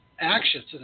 actions